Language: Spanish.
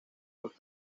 los